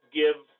give